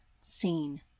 seen